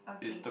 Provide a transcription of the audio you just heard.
okay